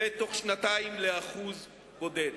ובתוך שנתיים לאחוז בודד.